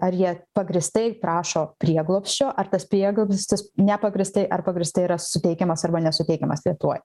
ar jie pagrįstai prašo prieglobsčio ar tas prieglobstis nepagrįstai ar pagrįstai yra suteikiamas arba nesuteikiamas lietuvoj